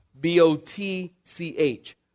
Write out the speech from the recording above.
B-O-T-C-H